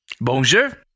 Bonjour